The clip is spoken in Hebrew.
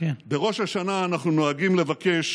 בראש השנה אנחנו נוהגים לבקש